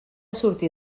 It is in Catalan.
sortir